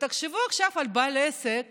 ותחשבו עכשיו על בעל עסק